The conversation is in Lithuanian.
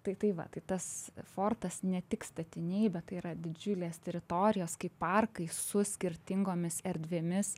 tai tai va tai tas fortas ne tik statiniai bet tai yra didžiulės teritorijos kaip parkai su skirtingomis erdvėmis